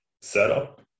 setup